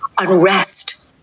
unrest